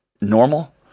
normal